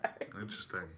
interesting